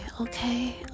okay